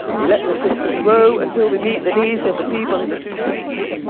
we let the system grow until we meet the needs of the people in the two cities.